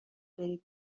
بری